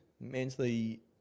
mentally